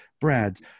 Brad's